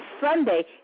Sunday